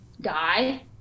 guy